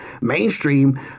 mainstream